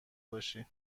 باشی